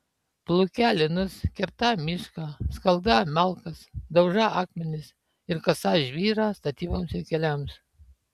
plūkią linus kertą mišką skaldą malkas daužą akmenis ir kasą žvyrą statyboms ir keliams